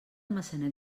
maçanet